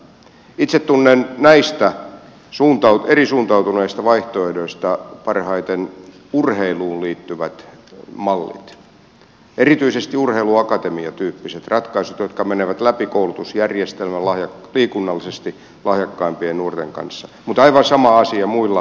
itse tunnen näistä eri lailla suuntautuneista vaihtoehdoista parhaiten urheiluun liittyvät mallit erityisesti urheiluakatemiatyyppiset ratkaisut jotka menevät läpi koulutusjärjestelmän liikunnallisesti lahjakkaimpien nuorten kanssa mutta aivan sama asia muilla elämänaloilla